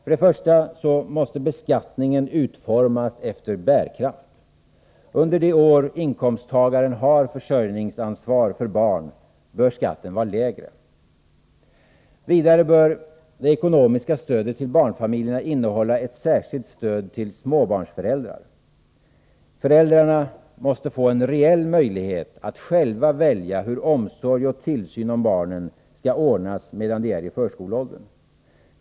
o Be: kattningen bör utformas efter bärkraft. Under de år inkomsttagaren har försörjningsansvar för barn bör skatten vara lägre. Oo Vidare bör det ekonomiska stödet till barnfamiljerna innehålla ett särskilt stöd till småbarnsföräldrar. Föräldrarna måste få en reell möjlighet att själva välja hur omsorg och tillsyn om barnen skall ordnas medan de är i förskoleåldern.